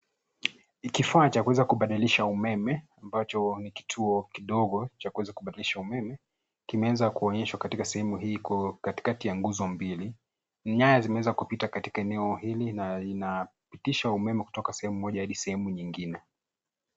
Ni kifaa cha kuweza kubadilisha umeme ambacho ni kituo kidogo cha kuweza kubadilisha umeme kimeweza kuonyesha katika sehemu hii katikati ya nguzo mbili. Nyaya zimeweza kupita katika eneo hili na inapitisha umeme kutoka sehemu moja hadi nyingine.